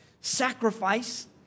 sacrifice